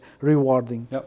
rewarding